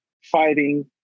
fighting